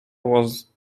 was